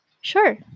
sure